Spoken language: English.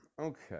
Okay